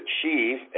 achieve